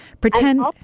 pretend